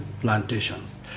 plantations